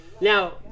Now